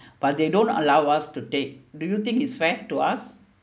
but they don't allow us to take do you think it's fair to us